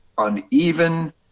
uneven